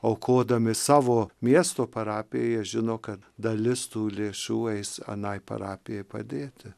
aukodami savo miesto parapijai jie žino kad dalis tų lėšų eis anai parapijai padėti